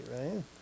right